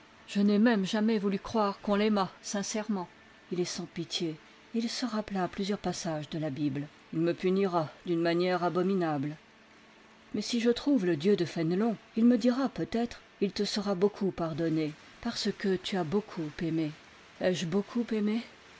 je n'ai même jamais voulu croire qu'on l'aimât sincèrement il est sans pitié et il se rappela plusieurs passages de la bible il me punira d'une manière abominable mais si je trouve le dieu de fénelon il me dira peut-être il te sera beaucoup pardonné parce que tu as beaucoup aimé ai-je beaucoup aimé